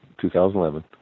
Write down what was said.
2011